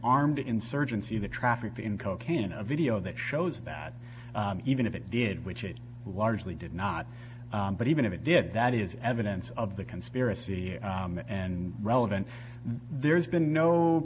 armed insurgency the traffic in cocaine in a video that shows that even if it did which it largely did not but even if it did that is evidence of the conspiracy and relevant there's been no